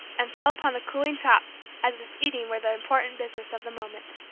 and fell upon the cooling chops as if eating were the important business of the moment.